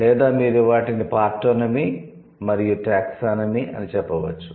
లేదా మీరు వీటిని పార్టోనమీ మరియు టాక్సానమీ అని చెప్పవచ్చు